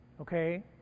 Okay